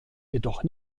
jedoch